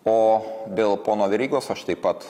o dėl pono verygos aš taip pat